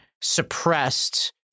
suppressed